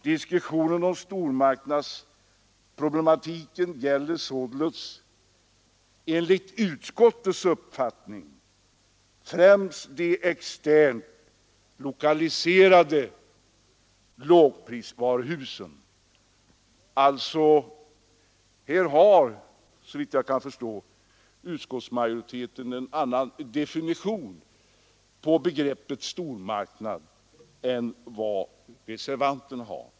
Diskussionen om stormarknadsproblematiken gäller enligt utskottets uppfattning främst de externt lokaliserade lågprisvaruhusen. Här har, såvitt jag kan förstå utskottsmajoriteten en annan definition på begreppet stormarknad än vad reservanten har.